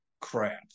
crap